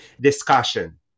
discussion